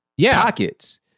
pockets